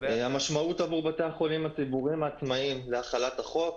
המשמעות עבור בתי החולים הציבוריים העצמאים זה חלת החוק.